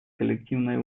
коллективной